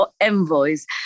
envoys